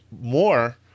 more